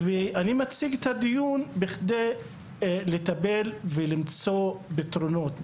והמטרה שלי היא בעיקר למצוא פתרונות.